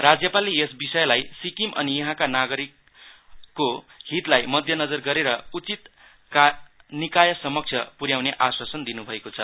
राज्यपालले यस विषयलाई सिक्किम अनि यहाँका नागरिकको हितलाई मध्य नजर गरेर उचित निकाम समक्ष पुर्याउने अश्वासन दिनु भएको छ